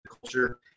culture